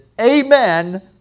Amen